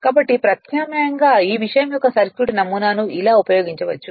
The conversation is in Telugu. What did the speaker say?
కాబట్టి ప్రత్యామ్నాయంగా ఈ విషయం యొక్క సర్క్యూట్ నమూనాను ఇలా ఉపయోగించవచ్చు